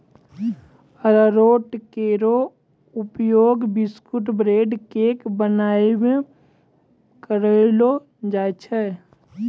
अरारोट केरो उपयोग biscuit, bread, cake बनाय म कयलो जाय छै